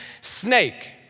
snake